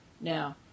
Now